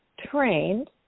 trained